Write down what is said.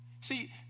See